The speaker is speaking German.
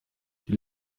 die